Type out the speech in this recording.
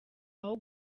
aho